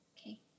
Okay